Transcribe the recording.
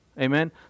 Amen